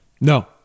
No